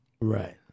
Right